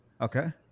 Okay